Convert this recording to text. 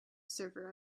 server